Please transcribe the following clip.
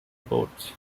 boats